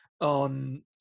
on